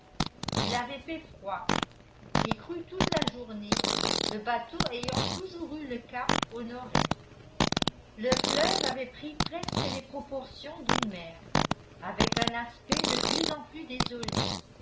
il avait fait froid et cru toute la journée le bateau ayant toujours eu le cap au nord-est le fleuve avait pris presque les proportions d'une mer avec un aspect de plus en plus désolé